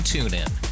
TuneIn